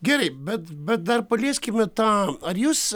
gerai bet dar palieskime tą ar jūs